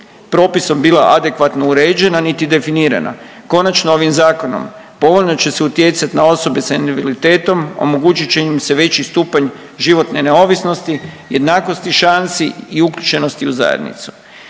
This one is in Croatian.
propisom bila adekvatno uređena niti definirana. Konačno, ovim zakonom povoljno će se utjecati na osobe s invaliditetom, omogućit će im se veći stupanj životne neovisnosti, jednakosti šansi i uključenosti u zajednicu.